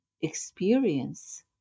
experience